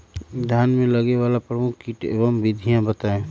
धान में लगने वाले प्रमुख कीट एवं विधियां बताएं?